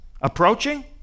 approaching